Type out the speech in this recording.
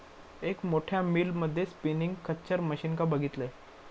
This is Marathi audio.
एक मोठ्या मिल मध्ये स्पिनींग खच्चर मशीनका बघितलंय